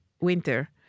winter